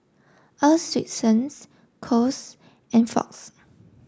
Earl's Swensens Kose and Fox